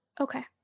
okay